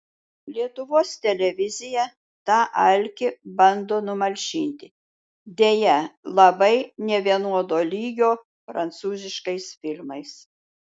lietuvos televizija tą alkį bando numalšinti deja labai nevienodo lygio prancūziškais filmais